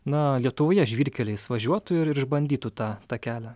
na lietuvoje žvyrkeliais važiuotų ir išbandytų tą tą kelią